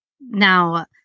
Now